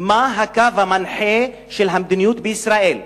מה הקו המנחה של המדיניות בישראל,